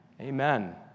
Amen